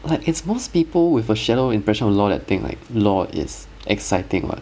but its most people with a shallow impression of law that think like law is exciting [what]